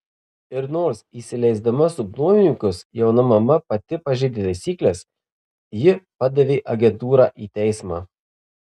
ir nors įsileisdama subnuomininkus jauna mama pati pažeidė taisykles ji padavė agentūrą į teismą